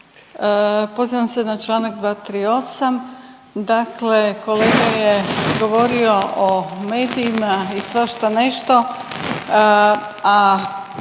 Pozivam se na čl. 238., dakle kolega je govorio o medijima i svašta nešto,